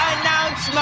Announce